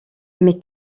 mais